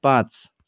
पाँच